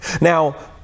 Now